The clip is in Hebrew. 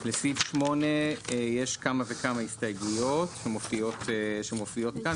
לסעיף 8 יש כמה וכמה הסתייגויות שמופיעות כאן,